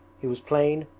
he was plain,